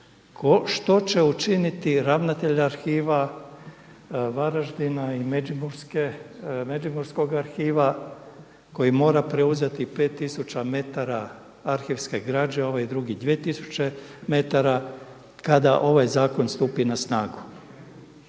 što će učiniti ravnatelj arhiva Varaždina i međimurskog arhiva koji mora preuzeti pet tisuća metara arhivske građe, ovaj drugi dvije tisuće metara, kada ovaj zakon stupi na snagu?